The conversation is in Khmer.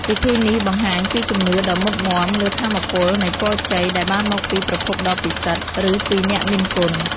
ពិធីនេះបង្ហាញពីជំនឿដ៏មុតមាំលើថាមពលនៃពរជ័យដែលបានមកពីប្រភពដ៏ពិសិដ្ឋ ឬពីអ្នកមានគុណ។